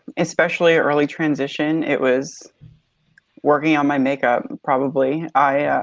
especially early transition it was working on my makeup, probably. i